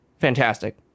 fantastic